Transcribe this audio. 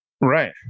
Right